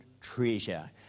treasure